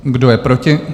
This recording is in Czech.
Kdo je proti?